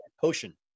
potion